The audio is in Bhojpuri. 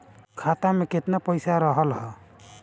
खाता में केतना पइसा रहल ह?